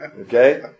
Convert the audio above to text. Okay